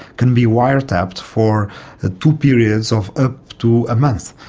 can be wiretapped for ah two periods of up to a month.